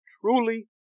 truly